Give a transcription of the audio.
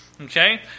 Okay